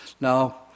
Now